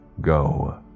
go